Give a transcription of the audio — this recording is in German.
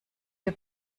wir